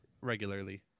regularly